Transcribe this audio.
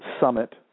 summit